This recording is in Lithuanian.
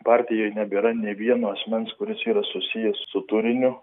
partijoj nebėra nė vieno asmens kuris yra susijęs su turiniu